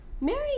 Mary